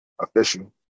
official